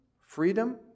freedom